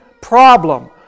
problem